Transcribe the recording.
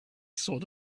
sort